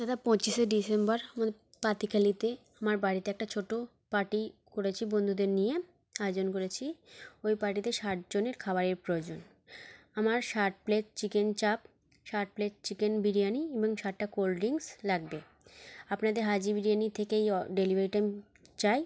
দাদা পঁচিশে ডিসেম্বর আমাদের পাতিখালিতে আমার বাড়িতে একটা ছোটো পার্টি করেছি বন্ধুদের নিয়ে আয়োজন করেছি ওই পাটিতে ষাটজনের খাবারের প্রয়োজন আমার ষাট প্লেট চিকেন চাপ ষাট প্লেট চিকেন বিরিয়ানি এবং ষাটটা কোলড্রিংক্স লাগবে আপনাদের হাজি বিরিয়ানি থেকেই অ ডেলিভারিটা আমি চাই